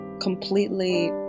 completely